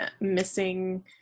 missing